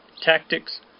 tactics